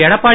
Edappadi